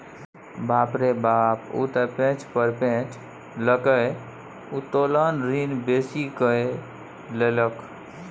बाप रौ बाप ओ त पैंच पर पैंच लकए उत्तोलन ऋण बेसी कए लेलक